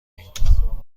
ایم